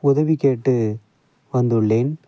உதவிக் கேட்டு வந்துள்ளேன்